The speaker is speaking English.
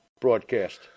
broadcast